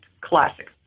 classic